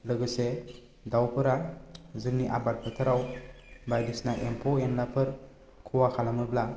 लोगोसे दावफोरा जोंनि आबाद फोथाराव बायदिसिना एम्फौ एनलाफोर खहा खालामोब्ला